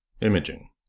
imaging